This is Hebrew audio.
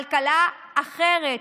כלכלה אחרת.